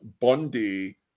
Bundy